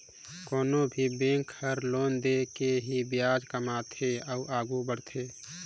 कोनो भी बेंक हर लोन दे के ही बियाज कमाथे अउ आघु बड़थे